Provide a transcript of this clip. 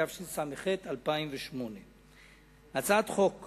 התשס"ח 2008. הצעת חוק